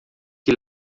que